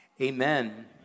Amen